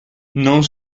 non